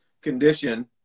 condition